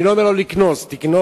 אני לא אומר לא לקנוס, תקנוס,